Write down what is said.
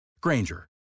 Granger